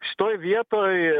šitoj vietoj